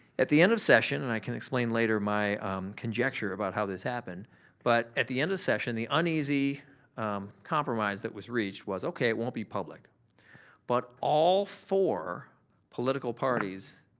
at the end of session and i can explain later my conjecture about how this happened but at the end of session the uneasy compromise that was reached was okay, it won't be public but all four political parties,